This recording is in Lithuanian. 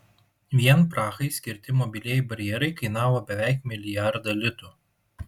vien prahai skirti mobilieji barjerai kainavo beveik milijardą litų